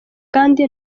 kandi